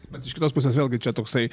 bet iš kitos pusės vėlgi čia toksai